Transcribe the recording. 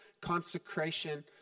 consecration